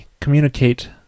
communicate